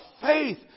faith